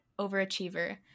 overachiever